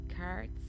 cards